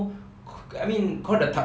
I mean kau dah tak